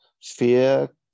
fear